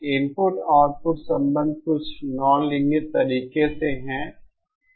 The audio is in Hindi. इनपुट आउटपुट संबंध कुछ नॉनलीनियर तरीके से है